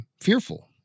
fearful